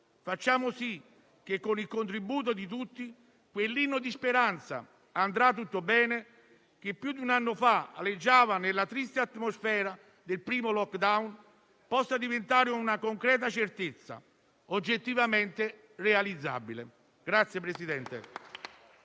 Facciamo sì che, con il contributo di tutti, quell'inno di speranza «andrà tutto bene», che più di un anno fa alleggiava nella triste atmosfera del primo *lockdown*, possa diventare una concreta certezza oggettivamente realizzabile.